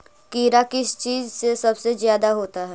कीड़ा किस चीज से सबसे ज्यादा होता है?